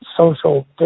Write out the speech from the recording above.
social